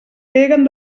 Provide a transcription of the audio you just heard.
peguen